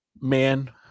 man